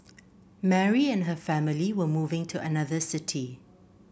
Mary and her family were moving to another city